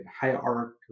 hierarchy